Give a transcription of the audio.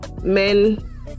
men